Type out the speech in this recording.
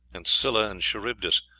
and scylla and charybdis,